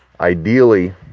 Ideally